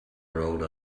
rode